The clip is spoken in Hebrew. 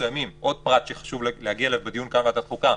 מסוימים עוד פרט שחשוב להגיע אליו בדיון בוועדת החוקה,